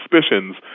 suspicions